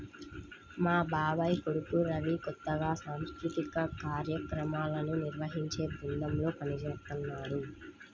మా బాబాయ్ కొడుకు రవి కొత్తగా సాంస్కృతిక కార్యక్రమాలను నిర్వహించే బృందంలో పనిజేత్తన్నాడు